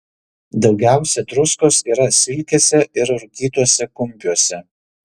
daugiausia druskos yra silkėse ir rūkytuose kumpiuose